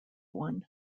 one